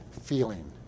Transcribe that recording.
feeling